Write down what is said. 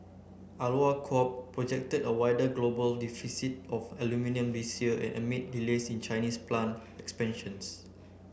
Alcoa Corp projected a wider global deficit of aluminium this year and amid delays in Chinese plant expansions